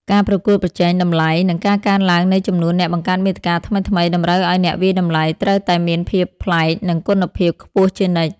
ការប្រកួតប្រជែងតម្លៃ និងការកើនឡើងនៃចំនួនអ្នកបង្កើតមាតិកាថ្មីៗ តម្រូវឱ្យអ្នកវាយតម្លៃត្រូវតែមានភាពប្លែក និងគុណភាពខ្ពស់ជានិច្ច។